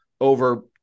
Over